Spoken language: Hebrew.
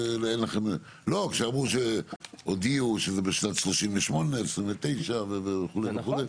אמרו שהודיעו שזה בשנת 29', 38' וכו' וכו'?